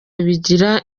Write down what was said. bigira